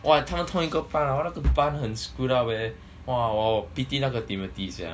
!wah! 他们同一个班 !wah! 那个班很 screwed up leh !wah! 我 pity 那个 timothy sia